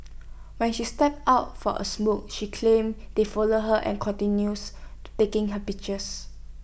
when she stepped out for A smoke she claims they followed her and continuous to taking her pictures